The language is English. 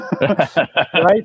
Right